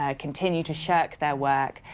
ah continue to shirk their work,